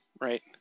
right